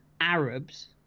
Arabs